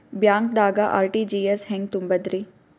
ಬ್ಯಾಂಕ್ದಾಗ ಆರ್.ಟಿ.ಜಿ.ಎಸ್ ಹೆಂಗ್ ತುಂಬಧ್ರಿ?